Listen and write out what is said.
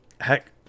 heck